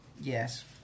Yes